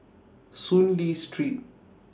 Soon Lee Street